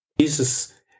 Jesus